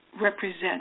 represent